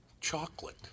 chocolate